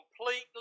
completely